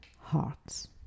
heart's